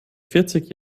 vierzig